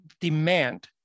demand